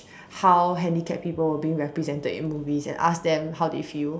how handicapped people are being represented in movie and ask them how they feel